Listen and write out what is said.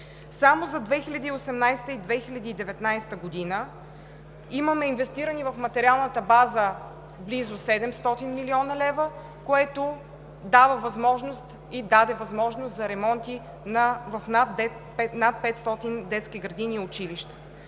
Само за 2018-а и 2019 г. имаме инвестирани в материалната база близо 700 млн. лв., което дава възможност и даде възможност за ремонти в над 500 детски градини и училища.